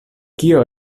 kio